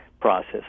process